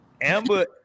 Amber